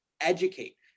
educate